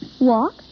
Walk